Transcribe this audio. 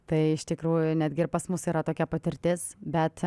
tai iš tikrųjų netgi ir pas mus yra tokia patirtis bet